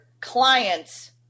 clients